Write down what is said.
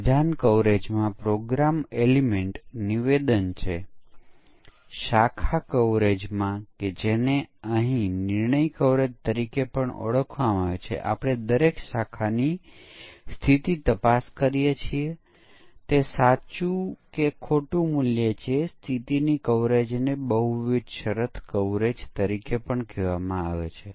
black box અભિગમમાં unit કે જેને આપણે ધ્યાનમાં લઈ રહ્યા છીએ તે બ્લેક બોક્સ તરીકે માનવામાં આવે છે